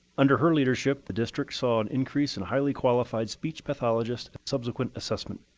under her leadership the district saw increase in highly qualified speech pathologist subsequent assessment.